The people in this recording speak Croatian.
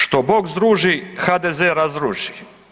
Što bog združi HDZ razdruži!